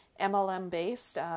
MLM-based